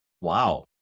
Wow